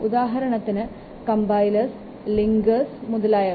ഉദാഹരണത്തിന് കമ്പൈലറുകൾ ലിങ്കറുകൾ മുതലായവ